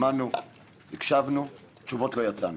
שמענו, הקשבנו, אבל עם תשובות לא יצאנו.